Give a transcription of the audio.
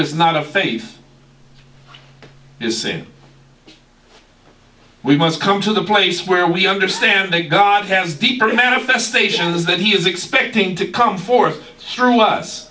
is not a faith is sin we must come to the place where we understand a god has deeper manifestations that he is expecting to come forth through us